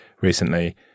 recently